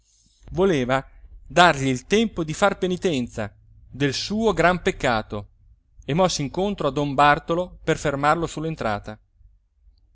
voleva dargli tempo di far penitenza del suo gran peccato e mosse incontro a don bartolo per fermarlo